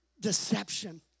deception